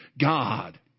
God